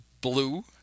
blue